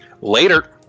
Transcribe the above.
Later